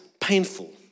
painful